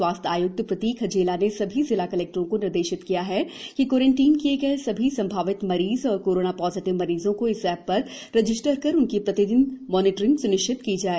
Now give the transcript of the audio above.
स्वास्थ्य आयुक्त प्रतीक हजेला ने सभी जिला कलेक्टर को निर्देशित किया है कि क्योरेंटाइन किए गए सभी संभावित मरीज और कोरोना पॉजिटिव मरीजों को इस एप पर रजिस्टर कर उनकी प्रतिदिन मानिटरिंग स्निश्चित की जाए